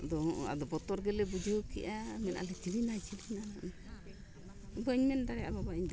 ᱟᱫᱚ ᱦᱚᱜᱼᱚᱸᱭ ᱟᱫᱚ ᱵᱚᱛᱚᱨ ᱜᱮᱞᱮ ᱵᱩᱡᱷᱟᱹᱣ ᱠᱮᱜᱼᱟ ᱢᱮᱱᱮᱜᱼᱟ ᱞᱮ ᱪᱤᱞᱤᱱᱟ ᱪᱤᱞᱤᱱᱟ ᱵᱟᱹᱧ ᱢᱮᱱ ᱫᱟᱲᱮᱭᱟᱜᱼᱟ ᱤᱧ ᱫᱚ